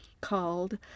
called